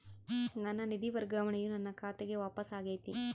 ನನ್ನ ನಿಧಿ ವರ್ಗಾವಣೆಯು ನನ್ನ ಖಾತೆಗೆ ವಾಪಸ್ ಆಗೈತಿ